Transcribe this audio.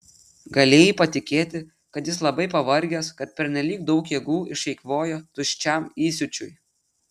galėjai patikėti kad jis labai pavargęs kad pernelyg daug jėgų išeikvojo tuščiam įsiūčiui